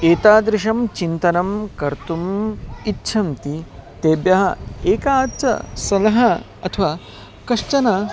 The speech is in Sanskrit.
एतादृशं चिन्तनं कर्तुम् इच्छन्ति तेभ्यः एका च सलहा अथवा कश्चन